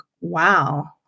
wow